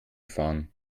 fahren